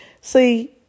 see